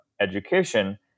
education